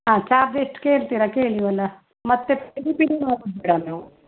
charge ಎಷ್ಟು ಕೇಳ್ತೀರಾ ಕೇಳಿ ಅಲ್ಲ ಮತ್ತೆ ಪಿರಿಪಿರಿ ಮಾಡೋದು ಬೇಡ ನೀವು